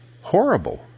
horrible